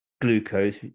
glucose